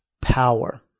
power